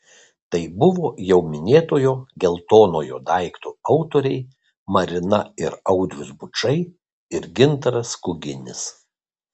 tai buvo jau minėtojo geltonojo daikto autoriai marina ir audrius bučai ir gintaras kuginis